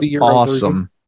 awesome